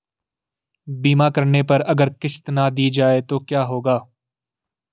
बीमा करने पर अगर किश्त ना दी जाये तो क्या होगा?